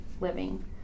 living